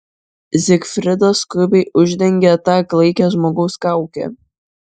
zigfridas skubiai uždengė tą klaikią žmogaus kaukę